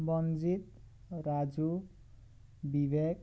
Banajit Raju Vivek